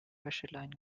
wäscheleinen